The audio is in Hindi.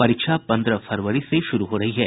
परीक्षा पन्द्रह फरवरी से शुरू हो रही है